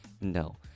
No